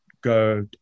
go